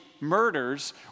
murders